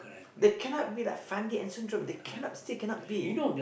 they cannot be like Fandi and Sundram they cannot still cannot be